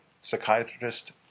Psychiatrist